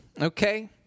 okay